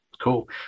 cool